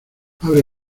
abre